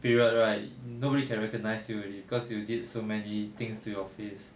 period right nobody can recognise you already cause you did so many things to your face